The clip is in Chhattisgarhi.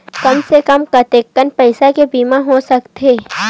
कम से कम कतेकन पईसा के बीमा हो सकथे?